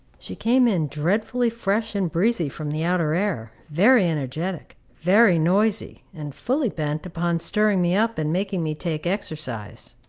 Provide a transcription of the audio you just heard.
she came in dreadfully fresh and breezy from the outer air, very energetic, very noisy, and fully bent upon stirring me up and making me take exercise.